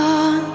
on